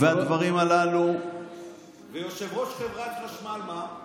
והדברים הללו --- ויושב-ראש חברת חשמל מה?